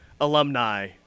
alumni